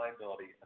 liability